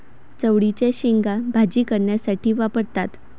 चवळीच्या शेंगा भाजी करण्यासाठी वापरतात